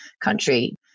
country